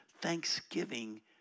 thanksgiving